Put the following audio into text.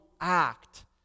act